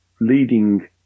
leading